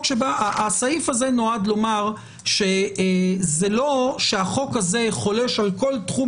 הסעיף הזה נועד לומר שזה לא שהחוק הזה חולש על כל תחום